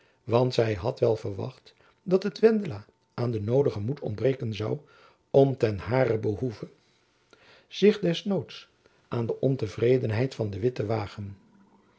want zy had wel verwacht dat het wendela aan den noodigen moed ontbreken zoû om ten haren behoeve zich des noods aan de ontevredenheid van de witt te wagen